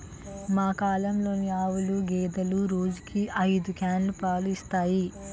మా కల్లంలోని ఆవులు, గేదెలు రోజుకి ఐదు క్యానులు పాలు ఇస్తాయి